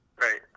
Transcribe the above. Right